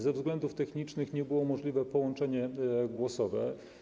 Ze względów technicznych nie było możliwe połączenie głosowe.